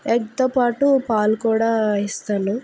ఎగ్తో పాటు పాలు కూడా ఇస్తాను